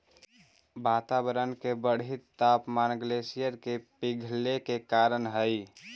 वातावरण के बढ़ित तापमान ग्लेशियर के पिघले के कारण हई